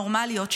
נורמליות,